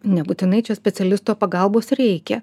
nebūtinai čia specialisto pagalbos reikia